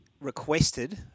requested